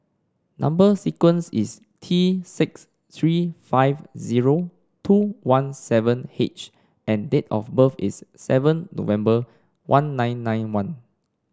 number sequence is T six three five zero two one seven H and date of birth is seven November one nine nine one